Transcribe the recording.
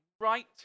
right